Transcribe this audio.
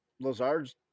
Lazard's